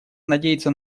надеется